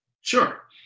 Sure